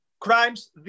crimes